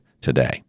today